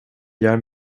gör